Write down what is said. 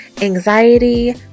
anxiety